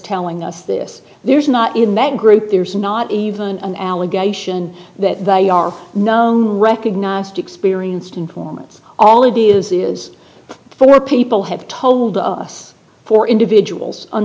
telling us this there's not in that group there's not even an allegation that they are known recognized experienced informants all it is is four people have told us four individuals